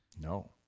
No